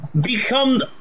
become